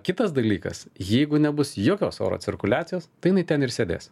kitas dalykas jeigu nebus jokios oro cirkuliacijos jinai ten ir sėdės